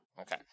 Okay